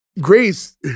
Grace